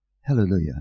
Hallelujah